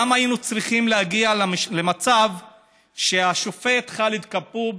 למה היינו צריכים להגיע למצב שהשופט חאלד כבוב